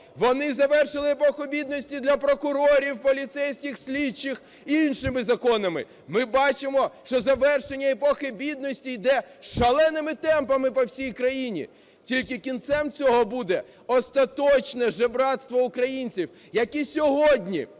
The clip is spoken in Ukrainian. Вони завершили епоху бідності для прокурорів, поліцейських, слідчих іншими законами. Ми бачимо, що завершення епохи бідності йде шаленими темпами по всій країні, тільки кінцем цього буде остаточне жебрацтво українців, які сьогодні